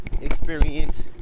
experience